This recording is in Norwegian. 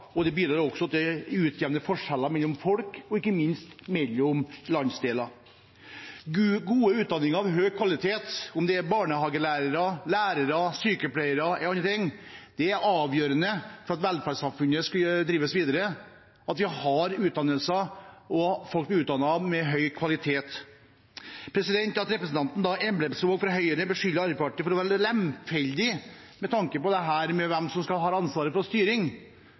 Det bidrar også til å utjevne forskjeller mellom folk og ikke minst mellom landsdeler. God utdanning av høy kvalitet, om det er utdanning av barnehagelærere, lærere, sykepleiere eller andre, er avgjørende for at velferdssamfunnet skal drives videre. At representanten Synnes Emblemsvåg fra Høyre beskylder Arbeiderpartiet for å være lemfeldig med tanke på hvem som har ansvaret for styring, synes jeg er litt spennende. Her sier representanten at hvis utdannelser i Ålesund ble nedlagt, ville ikke hun blande seg i det, for